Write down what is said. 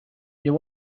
you